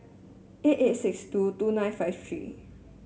eight eight six two two nine five three